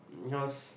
because